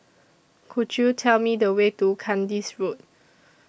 Could YOU Tell Me The Way to Kandis Road